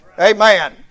Amen